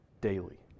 daily